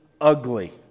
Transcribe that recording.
ugly